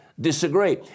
disagree